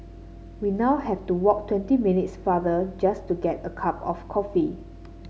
we now have to walk twenty minutes farther just to get a cup of coffee